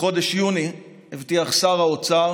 בחודש יוני הבטיח שר האוצר